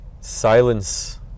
Silence